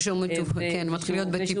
ושהוא מטופל, כן, מתחיל להיות בטיפול.